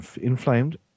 inflamed